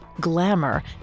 glamour